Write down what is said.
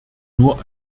nur